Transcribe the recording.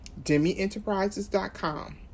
DemiEnterprises.com